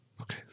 Okay